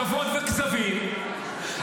כבוד וכזבים,